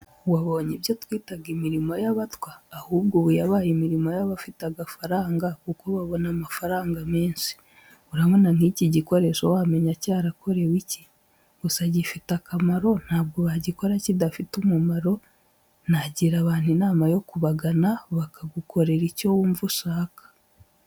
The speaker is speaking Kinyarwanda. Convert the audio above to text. Wabonye ibyo twitaga imirimo y'abatwa, ahubwo ubu yabaye imirimo y'abafite agafaranga kuko babona amafaranga menshi. Urabona nk'iki gikoresho wamenya cyarakorewe iki? Gusa gifite akamaro ntabwo bagikora kidafite umumaro nagira abantu inama yo kubagana bakagukorera icyo wumva ushaka.